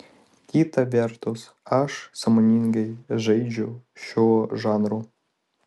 kita vertus aš sąmoningai žaidžiu šiuo žanru